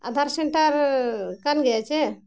Aadhaar centre ᱠᱟᱱ ᱜᱮᱭᱟ ᱥᱮ